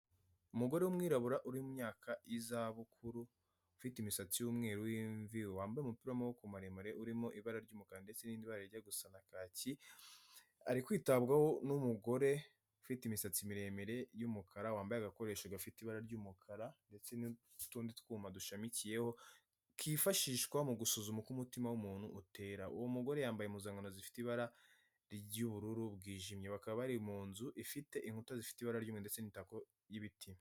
Umugore w'umwirabura uri mu imyaka y'izabukuru, ufite imisatsi y'umweru w'imvi, wambaye umupira w'amaboko maremure urimo ibara ry'umukara ndetse n'irindi bara rijya gusa nka kaki, ari kwitabwaho n'umugore ufite imisatsi miremire y'umukara, wambaye agakoresho gafite ibara ry'umukara, ndetse n'utundi twuma dushamikiyeho, kifashishwa mu gusuzuma uko umutima w'umuntu utera. Uwo mugore yambaye impuzankano zifite ibara ry'ubururu bwijimye. Bakaba bari mu nzu ifite inkuta zifite ibara ry'umweru ndetse n'imitako y'ibiti.